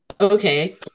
okay